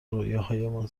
رویاهایمان